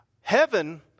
Heaven